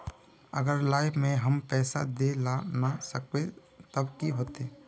अगर लाइफ में हैम पैसा दे ला ना सकबे तब की होते?